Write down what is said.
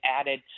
added